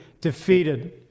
defeated